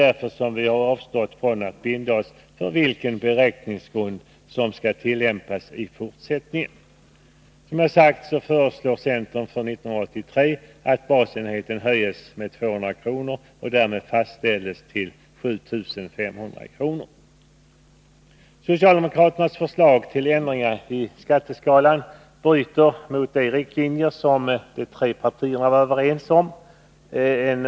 Därför har vi också avstått från att binda oss för en viss beräkningsgrund, att tillämpas i fortsättningen. Centern föreslår, som sagt, att basenheten för 1983 höjs med 200 kr. och därmed fastställs till 7 500 kr. Socialdemokraternas förslag till ändringar i skatteskalan strider mot de riktlinjer som de tre partierna var överens om.